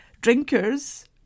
drinkers